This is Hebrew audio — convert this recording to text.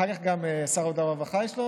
אחר כך גם לשר העבודה והרווחה יש?